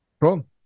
Cool